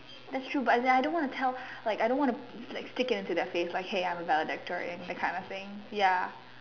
that's true but as in I don't wanna tell I don't wanna like stick it in their face like hey I'm a valedictorian that kind of thing ya